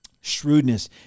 Shrewdness